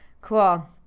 cool